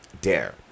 dare